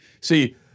See